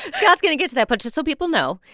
scott's going to get to that, but just so people know,